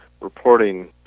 reporting